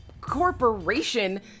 corporation